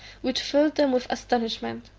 which filled them with astonishment.